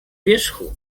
wierzchu